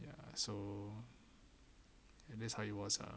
ya so that's how it was ah